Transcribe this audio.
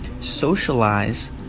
socialize